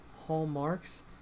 Hallmarks